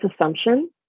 assumption